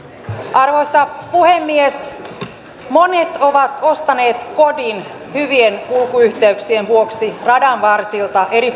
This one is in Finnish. arvoisa puhemies monet ovat ostaneet kodin hyvien kulkuyhteyksien vuoksi radan varsilta eri